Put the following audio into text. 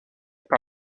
par